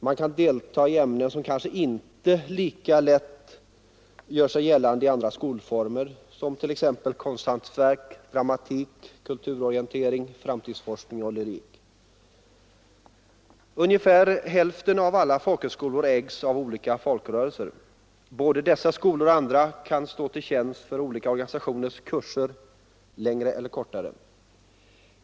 Man kan delta i ämnen som kanske inte har lika lätt att göra sig gällande i andra skolformer, såsom konsthantverk, dramatik, kulturorientering, framtidsforskning, lyrik. Ungefär hälften av alla folkhögskolor ägs av olika folkrörelser. Både dessa skolor och andra kan stå till tjänst för olika organisationers kurser, längre eller kortare.